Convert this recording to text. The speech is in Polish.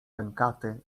pękaty